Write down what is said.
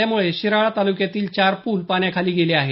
त्यामुळे शिराळा तालुक्यातील चार पूल पाण्याखाली गेले आहेत